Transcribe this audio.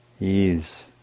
ease